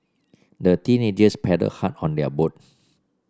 the teenagers paddled hard on their boat